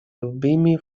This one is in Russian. любыми